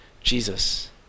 Jesus